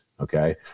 okay